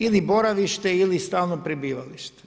Ili boravište ili stalno prebivalište.